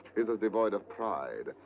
is as devoid of pride,